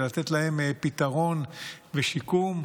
ולתת להם פתרון ושיקום,